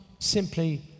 simply